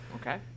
Okay